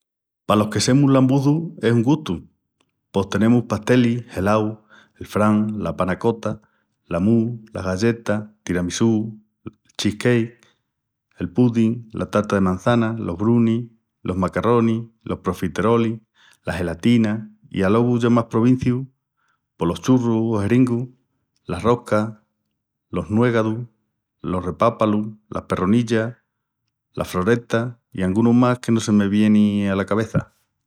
Ai, palos que semus lambuzus es un gustu. Pos tenemus pastelis, gelau, el fran, la panna cotta, la mousse, las galletas, el tiramisú, el cheesecake, el pudín, la tarta de mançana, los brownies, los macarronis, los profiterolis, la gelatina i, alogu ya más provinciu, pos los churrus, las roscas, los nuégadus, los repápalus, las perrunillas, las froretas i angunu más que no se me vieni ala cabeça.